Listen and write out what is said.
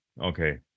Okay